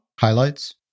Highlights